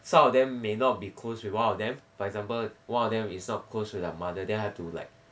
some of them may not be close with of them for example one of them is not close with their mother then have to like